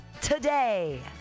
today